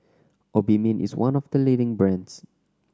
Obimin is one of the leading brands